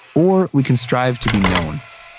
or we can strive to be known.